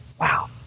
Wow